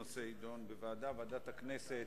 אז אני מציעה ועדת כספים.